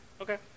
Okay